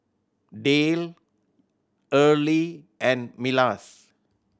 Dale Earley and Milas